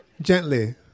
gently